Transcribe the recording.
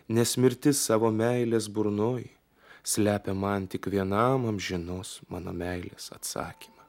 nes mirtis savo meilės burnoj slepia man tik vienam amžinos mano meilės atsakymą